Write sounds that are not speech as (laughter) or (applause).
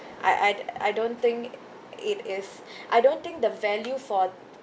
I I I don't think it is (breath) I don't think the value for